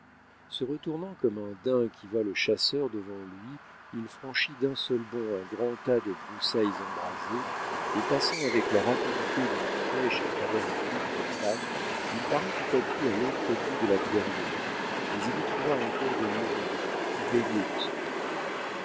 se retournant comme un daim qui voit le chasseur devant lui il franchit d'un seul bond un grand tas de broussailles embrasées et passant avec la rapidité d'une flèche à travers un groupe de femmes il parut tout à coup à l'autre bout de la clairière mais il y trouva encore des hurons qui veillaient de ce côté